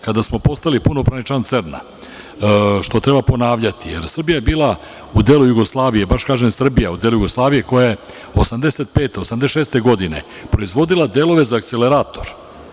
Kada smo postali punopravan član CERN, što treba ponavljati, jer Srbija je bila u delu Jugoslavije, baš kažem Srbija u delu Jugoslavije, koja je 1985, 1986. godine proizvodila delove za akcelerator.